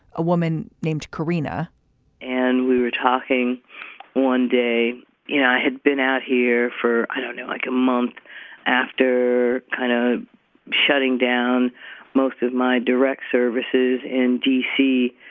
a woman named carina and we were talking one day. you know, i had been out here for, i don't know, like a month after kind of shutting down most of my direct services in d c.